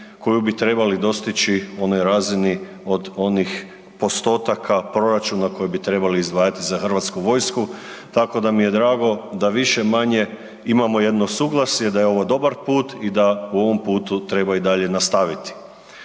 koju bi trebali dostići, onoj razini od onih postotaka proračuna koji bi trebali izdvajati za hrvatsku vojsku tako da mi je drago da više-manje imamo jedno suglasje, da je ovo dobar put i da u ovom putu treba i dalje nastaviti.